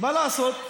מה לעשות.